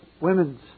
women's